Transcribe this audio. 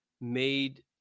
made